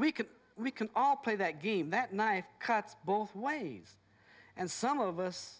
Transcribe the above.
we can we can all play that game that knife cuts both ways and some of us